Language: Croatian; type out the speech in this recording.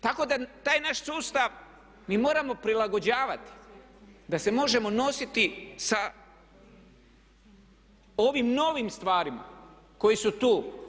Tako da taj naš sustav mi moramo prilagođavati da se možemo nositi sa ovim novim stvarima koje su tu.